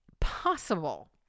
possible